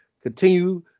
continue